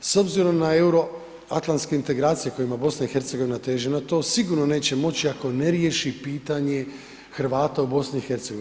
S obzirom na euroatlanske integracije kojima BiH teži ona to sigurno neće moći ako ne riješi pitanje Hrvata tu BiH.